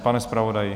Pane zpravodaji?